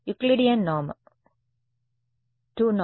Euclidean norm 2 norm